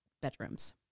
bedrooms